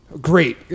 Great